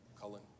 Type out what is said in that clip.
Cullen